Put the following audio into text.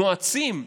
נועצים,